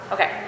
Okay